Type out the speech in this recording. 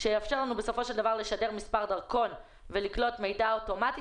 שיאפשר לנו בסופו של דבר לשדר מספר דרכון ולקלוט מידע אוטומטי".